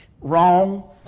Wrong